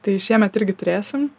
tai šiemet irgi turėsim